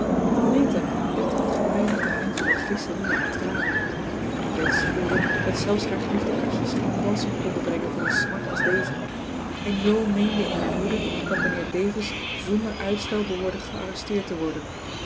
meta bette het gepijnigde handje met glycerine en tranen bets voelde dat zelfs haar geliefde katjes geen balsem konden brengen voor een smart als deze en jo meende in haar woede dat mijnheer davis zonder uitstel behoorde gearresteerd te worden